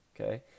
okay